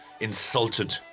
Insulted